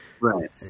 Right